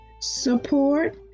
support